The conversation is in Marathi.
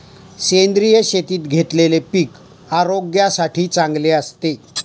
सेंद्रिय शेतीत घेतलेले पीक आरोग्यासाठी चांगले असते